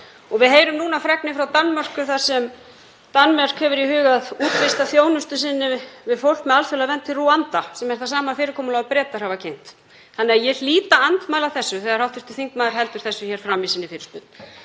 Við heyrum núna fregnir frá Danmörku þar sem Danmörk hefur í huga að útvista þjónustu sinni við fólk með alþjóðlega vernd til Rúanda, sem er það sama fyrirkomulag og Bretar hafa kynnt. Þannig að ég hlýt að andmæla því þegar hv. þingmaður heldur þessu fram í sinni fyrirspurn.